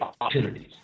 opportunities